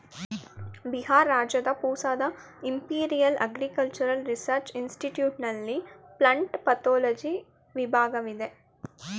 ಬಿಹಾರ್ ರಾಜ್ಯದ ಪೂಸಾದ Imperial Agricultural Research Institute ನಲ್ಲಿ ಪ್ಲಂಟ್ ಪತೋಲಜಿ ವಿಭಾಗವಿದೆ